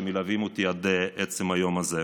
שמלווים אותי עד עצם היום הזה.